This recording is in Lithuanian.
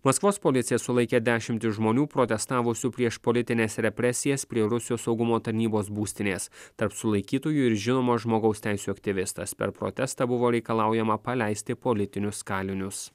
maskvos policija sulaikė dešimtis žmonių protestavusių prieš politines represijas prie rusijos saugumo tarnybos būstinės tarp sulaikytųjų ir žinomas žmogaus teisių aktyvistas per protestą buvo reikalaujama paleisti politinius kalinius